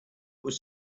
was